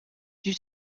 due